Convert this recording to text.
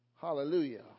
hallelujah